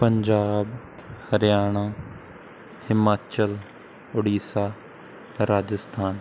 Punjab Haryana Himachal Odisha Rajasthan